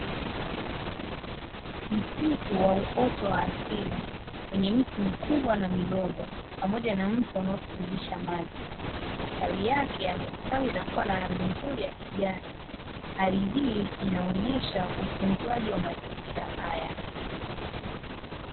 Msitu wa uwoto wa asili, wenye miti mikubwa na midogo, pamoja na mto unaotiririsha maji, matawi yake yamestawi na kuwa na rangi nzuri ya kijani. Hali hii inaonyesha utuzwaji wa mazingira haya.